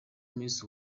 miss